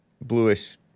bluish